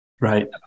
Right